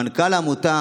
מנכ"ל העמותה,